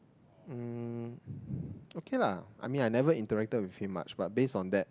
hmm okay lah I mean I never interacted with him much but based on that